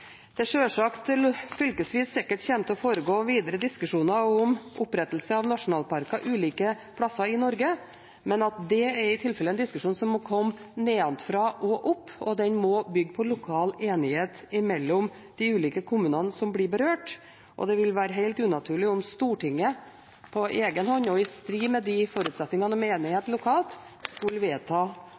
det fylkesvis sikkert kommer til å foregå videre diskusjoner om opprettelse av nasjonalparker ulike plasser i Norge, men at det i tilfellet er en diskusjon som må komme nedenfra, og den må bygge på lokal enighet mellom de ulike kommunene som blir berørt. Det vil være helt unaturlig om Stortinget, på egen hånd og i strid med forutsetningene om enighet lokalt, skulle vedta